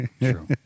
True